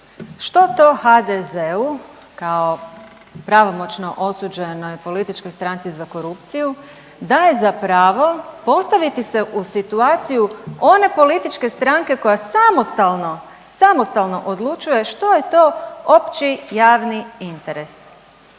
što to HDZ-u kao pravomoćno osuđenoj političkoj stranci za korupciju daje za pravo postaviti se u situaciju one političke stranke koja samostalno, samostalno odlučuje što je to opći javni interes.